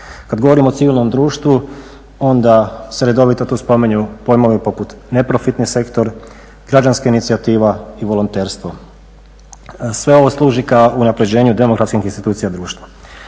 Kada govorimo o civilnom društvu onda se redovito tu spominju pojmovi poput neprofitni sektor, građanska inicijativa i volonterstvo. Sve ovo služi ka unapređenju demokratskih institucija društva.